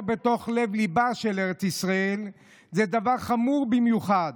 בלב-ליבה של ארץ ישראל זה דבר חמור במיוחד.